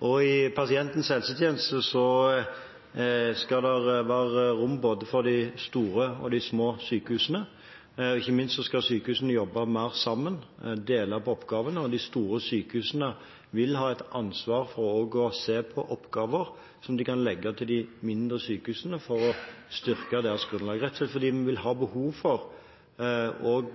og i den skal det være rom for både de store og de små sykehusene. Ikke minst skal sykehusene jobbe mer sammen og dele på oppgavene. De store sykehusene vil ha et ansvar for å se om det er oppgaver som de kan legge til de mindre sykehusene for å styrke deres grunnlag, rett og slett fordi vi vil ha behov for